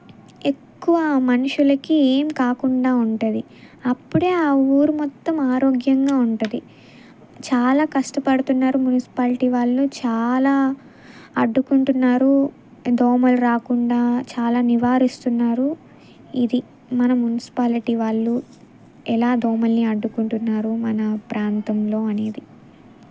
ఎక్కువ మనుషులకి ఏమి కాకుండా ఉంటుంది అప్పుడే ఆ ఊరు మొత్తం ఆరోగ్యంగా ఉంటుంది చాలా కష్టపడుతున్నారు మున్సిపాలిటీ వాళ్ళు చాలా అడ్డుకుంటున్నారు దోమలు రాకుండా చాలా నివారిస్తున్నారు ఇది మన మున్సిపాలిటీ వాళ్ళు ఎలా దోమల్ని అడ్డుకుంటున్నారు మన ప్రాంతంలో అనేది